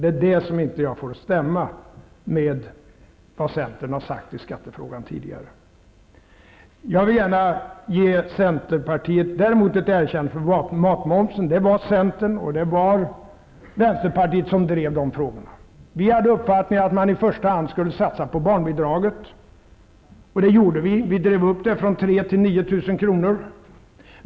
Det får jag inte att stämma med vad centern har sagt i skattefrågan tidigare. Däremot vill jag gärna ge centern ett erkännande för matmomssänkningen. Det var centern och vänsterpartiet som drev denna fråga. Vi hade uppfattningen att man i första hand skulle satsa på barnbidraget, och det gjorde vi också. Vi drev upp det från 3 000 kr. till 9 000 kr.